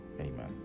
Amen